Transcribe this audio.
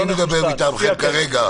מי מדבר מטעמכם כרגע?